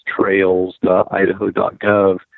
trails.idaho.gov